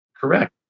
Correct